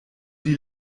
die